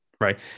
right